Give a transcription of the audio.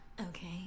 Okay